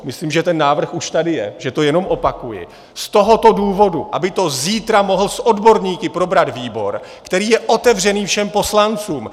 Myslím, že ten návrh už tady je, že to jenom opakuji, z tohoto důvodu: aby to zítra mohl s odborníky probrat výbor, který je otevřený všem poslancům.